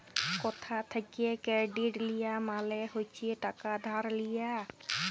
কথা থ্যাকে কেরডিট লিয়া মালে হচ্ছে টাকা ধার লিয়া